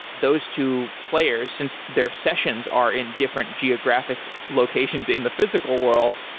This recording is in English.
those two players, since their sessions are in different geographic locations in the physical world,